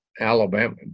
alabama